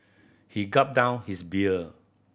he gulped down his beer